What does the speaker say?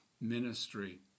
ministry